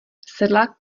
sedlák